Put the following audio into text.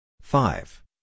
five